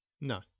No